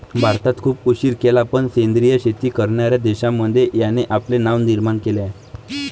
भारताने खूप उशीर केला पण सेंद्रिय शेती करणार्या देशांमध्ये याने आपले नाव निर्माण केले आहे